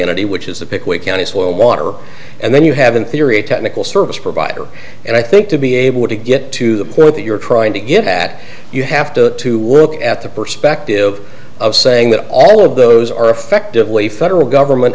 entity which is the pickwick county soil water and then you have an theory a technical service provider and i think to be able to get to the point that you're trying to get at you have to to work at the perspective of saying that all of those are effectively federal government